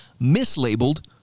mislabeled